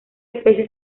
especie